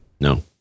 No